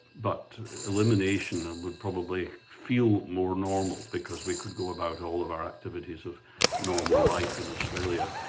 but elimination would probably feel more normal because we could go about all of our activities of normal life in australia.